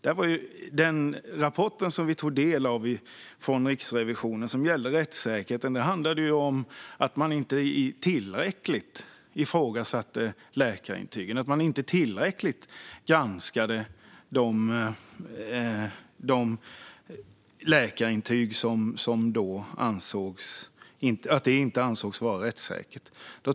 Riksrevisionens rapport om rättssäkerheten, som vi tog del av, handlade om att man inte i tillräckligt stor utsträckning ifrågasätter och granskar läkarintygen och att det inte anses vara rättssäkert.